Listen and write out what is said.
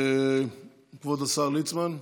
כבוד השר ליצמן,